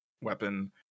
weapon